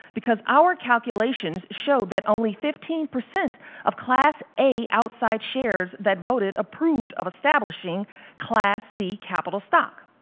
because our calculations show that only fifteen percent of class a outside shares that voted approved of establishing class c capital stock.